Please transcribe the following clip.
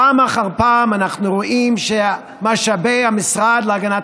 פעם אחר פעם אנחנו רואים שמשאבי המשרד להגנת